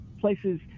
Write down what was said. places